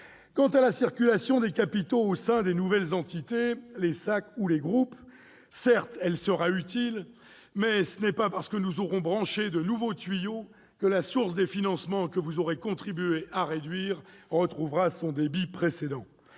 Quant à la circulation des capitaux au sein des nouvelles entités, sociétés anonymes de coordination ou groupes, elle sera certes utile, mais ce n'est pas parce que nous aurons branché de nouveaux tuyaux que la source des financements que vous aurez contribué à réduire retrouvera son débit précédent